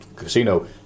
casino